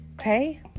Okay